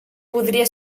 podria